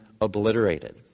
obliterated